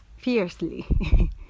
Fiercely